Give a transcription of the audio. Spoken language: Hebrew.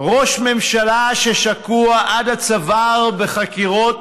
ראש ממשלה ששקוע עד הצוואר בחקירות,